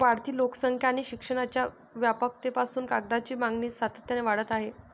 वाढती लोकसंख्या आणि शिक्षणाच्या व्यापकतेपासून कागदाची मागणी सातत्याने वाढत आहे